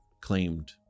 claimed